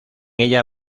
ella